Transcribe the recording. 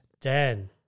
dan